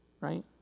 Right